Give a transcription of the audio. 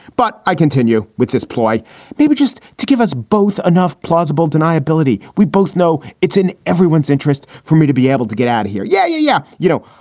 but i continue with this ploy maybe just to give us both enough plausible deniability. we both know it's in everyone's interest for me to be able to get out of here. yeah. yeah. you know,